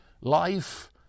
life